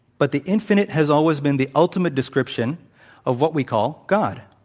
but the infinite has always been the ultimate description of what we call god.